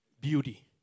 Beauty